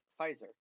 Pfizer